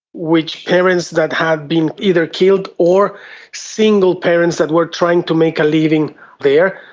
which parents that had been either killed or single parents that were trying to make a living there,